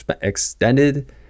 extended